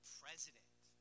president